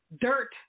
dirt